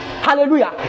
Hallelujah